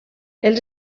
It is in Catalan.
els